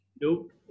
nope